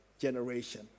generation